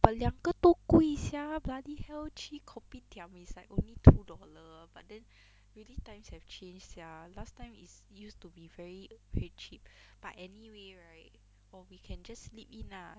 but 两个都贵 sia bloody hell 去 kopitiam is like only two dollar but then really times have changed sia last time is used to be very very cheap but anyway right or we can just eat in ah